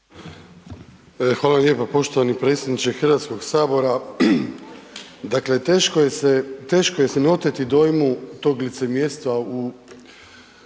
Hvala lijepa poštovani predsjedniče Hrvatskog sabora. Dakle, teško je se, teško je se ne oteti dojmu tog licemjerstva u SDP-u, a